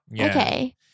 okay